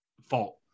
fault